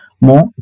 more